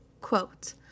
Quote